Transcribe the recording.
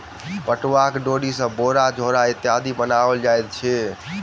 पटुआक डोरी सॅ बोरा झोरा इत्यादि बनाओल जाइत अछि